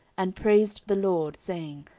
and praised the lord, saying,